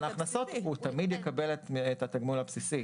ההכנסות הוא תמיד יקבל את התגמול הבסיסי,